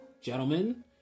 Gentlemen